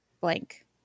Blank